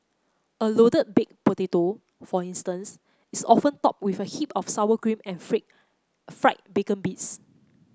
a loaded baked potato for instance is often topped with a heap of sour cream and freak fried bacon bits